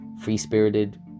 free-spirited